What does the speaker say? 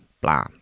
blah